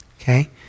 okay